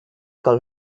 call